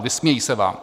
Vysmějí se vám.